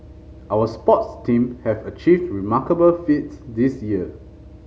our sports team have achieved remarkable feats this year